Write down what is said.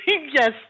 yes